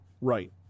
Right